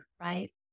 right